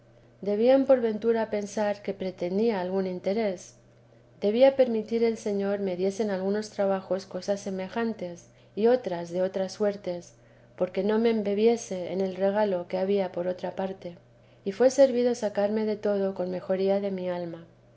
debían por ventura pensar que pretendía algún interese debía permitir el señor me diesen algunos trabajos cosas semejantes y otras de otras suertes porque no me embebiese en el regalo que había por otra parte y fué servido sacarme de todo con mejoría de mi alma